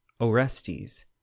Orestes